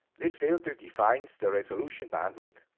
this filter defines the resolution bandwidth.